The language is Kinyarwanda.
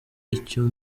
icyo